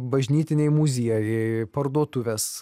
bažnytiniai muziejai parduotuvės